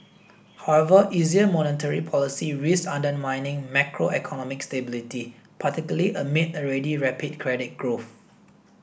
however easier monetary policy risks undermining macroeconomic stability particularly amid already rapid credit growth